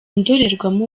ndorerwamo